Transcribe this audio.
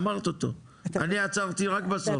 אמרת אותו, אני עצרתי רק בסוף.